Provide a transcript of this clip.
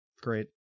Great